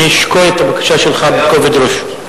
אני אשקול את הבקשה שלך בכובד ראש.